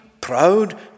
proud